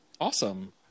Awesome